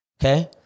Okay